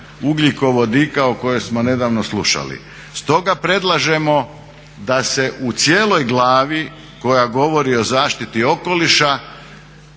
ugljikovodika o kojoj smo nedavno slušali. Stoga predlažemo da se u cijeloj glavi koja govori o zaštiti okoliša